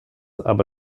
aber